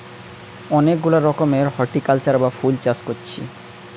অনেক গুলা রকমের হরটিকালচার বা ফুল চাষ কোরছি